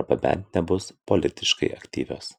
arba bent nebus politiškai aktyvios